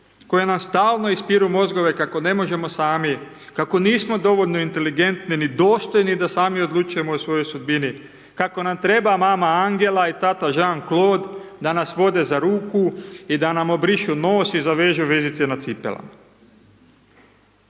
koje nam stalno ispiru mozgove kako ne možemo sami, kako nismo dovoljno inteligentni ni dostojni da sami odlučujemo o svojoj sudbini, kako nam treba mama Angela i tata i Jean-Clade da nas vode za ruku i da nam obrišu nos i zavežu vezice na cipelama.